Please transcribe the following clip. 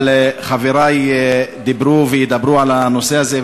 אבל חברי דיברו וידברו על הנושא הזה,